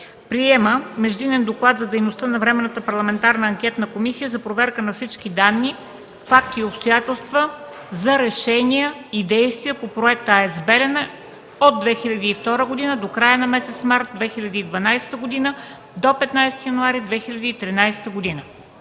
Приема междинен доклад за дейността на Временната парламентарна анкетна комисия за проверка на всички данни, факти и обстоятелства за решения и действия по проекта АЕЦ „Белене” от 2002 г. до края на месец март 2012 г. до 15 януари 2013 г.”